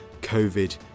COVID